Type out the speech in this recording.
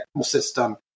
system